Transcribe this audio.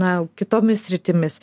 na kitomis sritimis